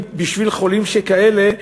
בשביל חולים שכאלה,